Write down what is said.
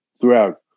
throughout